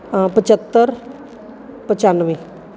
ਪਚੱਤਰ ਪਚਾਨਵੇਂ